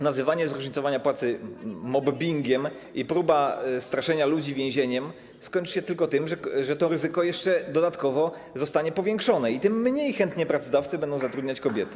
Nazywanie zróżnicowania płacy mobbingiem i próba straszenia ludzi więzieniem skończy się tylko tym, że to ryzyko jeszcze dodatkowo zostanie powiększone i tym mniej chętnie pracodawcy będą zatrudniać kobiety.